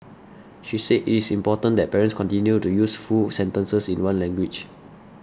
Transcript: she said it is important that parents continue to use full sentences in one language